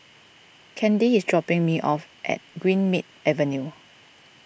Candi is dropping me off at Greenmead Avenue